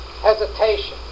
hesitation